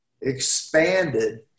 expanded